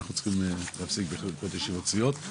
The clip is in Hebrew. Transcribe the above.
אני